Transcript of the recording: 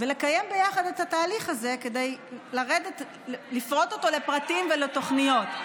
לקיים ביחד את התהליך הזה כדי לפרוט אותו לפרטים ולתוכניות.